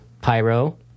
Pyro